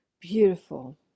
beautiful